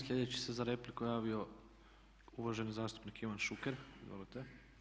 Sljedeći se za repliku javio uvaženi zastupnik Ivan Šuker, izvolite.